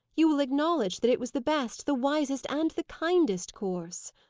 you will acknowledge that it was the best, the wisest, and the kindest course.